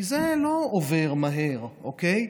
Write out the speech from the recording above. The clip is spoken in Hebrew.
כי זה לא עובר מהר, אוקיי?